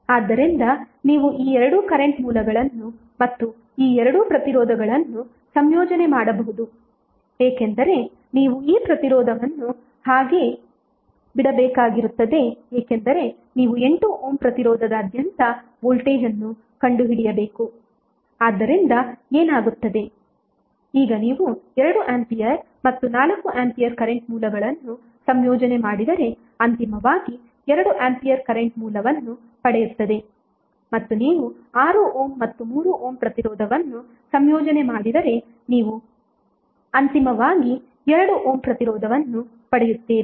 ಆದ್ದರಿಂದ ನೀವು ಈ ಎರಡು ಕರೆಂಟ್ ಮೂಲಗಳನ್ನು ಮತ್ತು ಈ ಎರಡು ಪ್ರತಿರೋಧಗಳನ್ನು ಸಂಯೋಜನೆ ಮಾಡಬಹುದು ಏಕೆಂದರೆ ನೀವು ಈ ಪ್ರತಿರೋಧವನ್ನು ಹಾಗೇ ಬಿಡಬೇಕಾಗಿರುತ್ತದೆ ಏಕೆಂದರೆ ನೀವು 8 ಓಮ್ ಪ್ರತಿರೋಧದಾದ್ಯಂತ ವೋಲ್ಟೇಜ್ ಅನ್ನು ಕಂಡುಹಿಡಿಯಬೇಕು ಆದ್ದರಿಂದ ಏನಾಗುತ್ತದೆ ಈಗ ನೀವು 2 ಆಂಪಿಯರ್ ಮತ್ತು 4 ಆಂಪಿಯರ್ ಕರೆಂಟ್ ಮೂಲಗಳನ್ನು ಸಂಯೋಜನೆ ಮಾಡಿದರೆ ಅಂತಿಮವಾಗಿ 2 ಆಂಪಿಯರ್ ಕರೆಂಟ್ ಮೂಲವನ್ನು ಪಡೆಯುತ್ತದೆ ಮತ್ತು ನೀವು 6 ಓಮ್ ಮತ್ತು 3 ಓಮ್ ಪ್ರತಿರೋಧವನ್ನು ಸಂಯೋಜನೆ ಮಾಡಿದರೆ ನೀವು ಅಂತಿಮವಾಗಿ 2 ಓಮ್ ಪ್ರತಿರೋಧವನ್ನು ಪಡೆಯುತ್ತೀರಿ